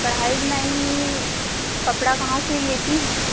कढ़ाई बुनाई में कपड़ा कहाँ से लेती हैं